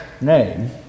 name